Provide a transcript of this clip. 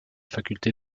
faculté